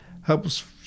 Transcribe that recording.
helps